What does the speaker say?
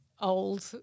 old